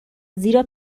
زیرا